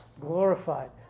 glorified